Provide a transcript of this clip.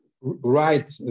Right